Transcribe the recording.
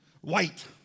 White